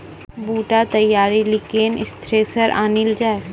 बूटा तैयारी ली केन थ्रेसर आनलऽ जाए?